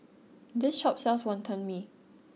this shop sells Wonton Mee